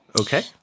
okay